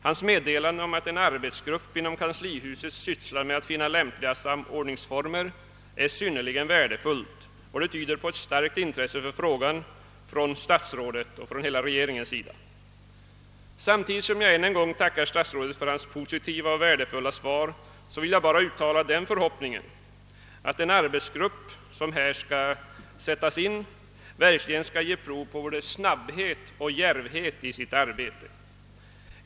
Hans meddelande om att en arbetsgrupp inom kanslihuset sysslar med att finna lämpliga samordningsfor mer är synnerligen värdefullt och tyder på ett starkt intresse för frågan hos statsrådet och regeringen. Samtidigt som jag än en gång tackar statsrådet för hans positiva och värdefulla svar vill jag uttala en förhoppning om att denna arbetsgrupp som skall sättas in här verkligen skall ge prov på både snabbhet och djärvhet i sitt arbete.